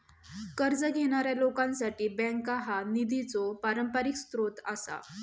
कर्ज घेणाऱ्या लोकांसाठी बँका हा निधीचो पारंपरिक स्रोत आसा